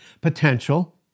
potential